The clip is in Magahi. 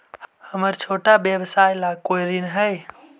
हमर छोटा व्यवसाय ला कोई ऋण हई?